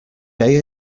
day